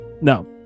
no